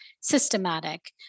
systematic